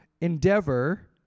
endeavor